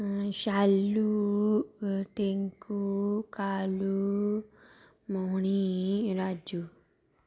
Shalu Tinku Kalu Mouni Raju